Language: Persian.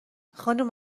خانم